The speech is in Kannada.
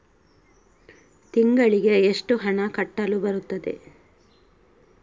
ತಿಂಗಳಿಗೆ ಎಷ್ಟು ಹಣ ಕಟ್ಟಲು ಬರುತ್ತದೆ?